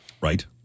Right